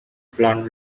plan